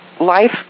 life